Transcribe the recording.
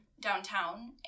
downtown